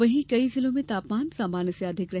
वहीं कई जिलों में तापमान सामान्य से अधिक रहे